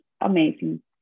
amazing